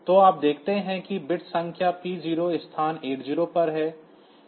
तो आप देखते हैं कि बिट संख्या P0 स्थान 80 पर है